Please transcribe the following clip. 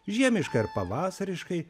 žiemiškai ar pavasariškai